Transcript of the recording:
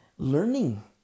Learning